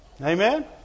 Amen